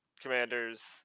Commanders